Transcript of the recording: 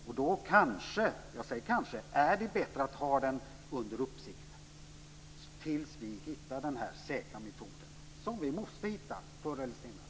Då är det kanske - jag säger kanske - bättre att ha det under uppsikt tills vi hittar den säkra metod som vi måste hitta förr eller senare.